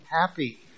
happy